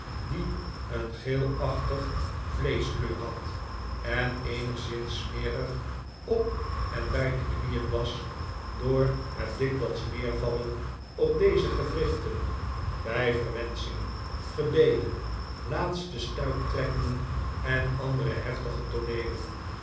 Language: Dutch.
die een geelachtige vleeschkleur had en eenigszins smerig op en bij de knieen was door het dikwijls neervallen op deze gewrichten bij verwenschingen gebeden laatste stuiptrekkingen en andere heftige